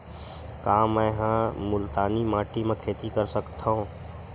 का मै ह मुल्तानी माटी म खेती कर सकथव?